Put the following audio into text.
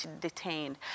detained